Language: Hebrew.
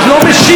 מתעלם.